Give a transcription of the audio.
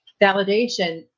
validation